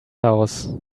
house